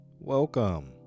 welcome